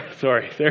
Sorry